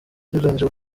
ugereranije